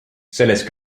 selles